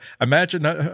Imagine